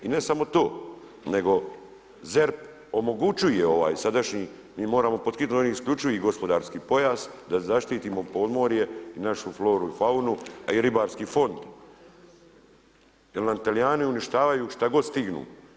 I ne samo to, nego ZERP omogućuje ovaj sadašnji, mi moramo pod hitno donijeti isključivi gospodarski pojas da zaštitimo podmorje i našu floru i faunu, a i Ribarski fond jel nam Talijani uništavaju šta god stignu.